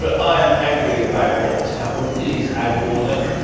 but i am angry about what has happened. it is out of order.